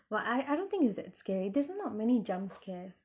but I I don't think it's that scary there's not many jump scares